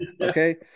Okay